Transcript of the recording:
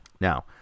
Now